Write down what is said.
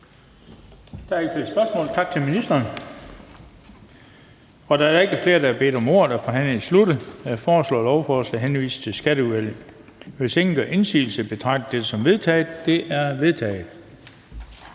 Der er ikke flere spørgsmål. Tak til ministeren. Da der ikke er flere, der har bedt om ordet, er forhandlingen sluttet. Jeg foreslår, at lovforslaget henvises til Skatteudvalget. Hvis ingen gør indsigelse, betragter jeg dette som vedtaget. Det er vedtaget.